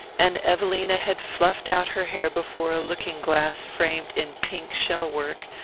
and evelina had fluffed out her hair before a looking-glass framed in pink-shell work,